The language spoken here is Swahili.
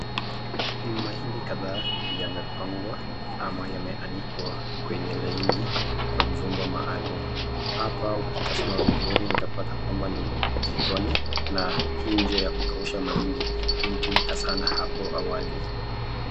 Mahindi kadhaa yamepangwa ama yamehanikwa kwenye laini kwa jumba maalum, hapa ukitazama vizuri hutapata kwamba ni jikoni na hii njia ya kukausha maindi ilitumika sana apo awali.